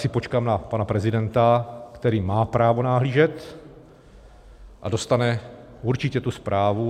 Já si počkám na pana prezidenta, který má právo nahlížet a dostane určitě tu zprávu.